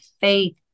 faith